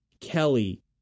Kelly